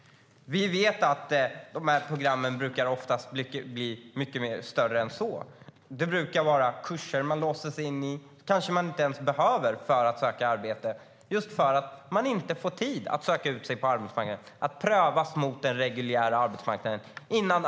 Vi vet att programmen ofta blir mycket större än så. Man brukar låsas in i kurser som man kanske inte ens behöver för att söka arbete. De arbetslösa får inte tid att söka sig ut på och prövas gentemot den reguljära arbetsmarknaden.